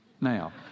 now